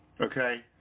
Okay